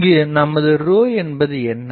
இங்கு நமது என்பது என்ன